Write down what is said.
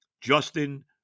Justin